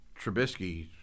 Trubisky